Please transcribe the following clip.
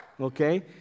Okay